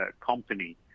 company